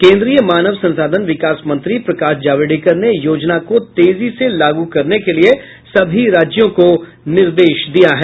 केन्द्रीय मानव संसाधन विकास मंत्री प्रकाश जावड़ेकर ने योजना को तेजी से लागू करने के लिए सभी राज्यों को निर्देश दिया है